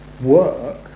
work